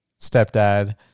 stepdad